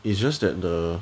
it's just that the